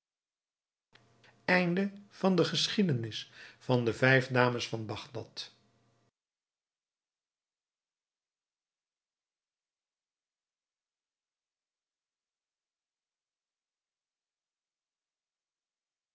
deel geschiedenis van de vijf dames van bagdad